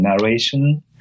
narration